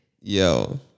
Yo